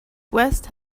west